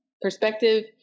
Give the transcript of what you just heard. perspective